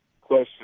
question